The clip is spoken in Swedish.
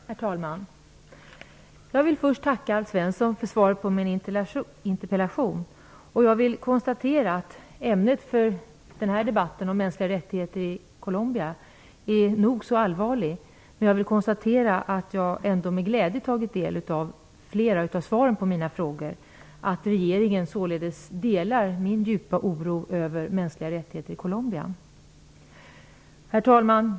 Herr talman! Jag vill först tacka Alf Svensson för svaret på min interpellation. Ämnet för denna debatt, mänskliga rättigheter i Colombia, är nog så allvarligt. Jag har ändå med glädje tagit del av flera av svaren på mina frågor. Regeringen delar således min djupa oro över mänskliga rättigheter i Herr talman!